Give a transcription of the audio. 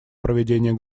проведения